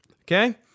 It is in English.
Okay